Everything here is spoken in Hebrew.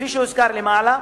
כפי שהוזכר למעלה,